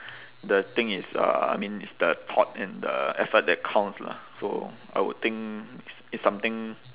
the thing is uh I mean it's the thought and the effort that counts lah so I would think it's it's something